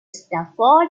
stratford